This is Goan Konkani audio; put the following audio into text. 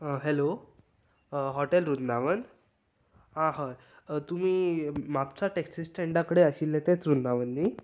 आं हॅलो हाॅटेल वृंदावन आं हय तुमी म्हापसा टॅक्सी स्टँडा कडेन आशिल्लें तेंच वृंदावन न्ही